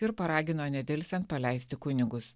ir paragino nedelsiant paleisti kunigus